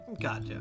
Gotcha